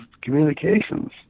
communications